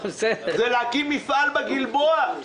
זה להקים מפעל בגלבוע,